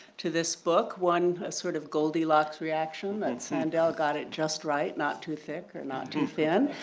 to this book, one sort of goldilocks reaction and sandel got it just right, not too thick or not too thin.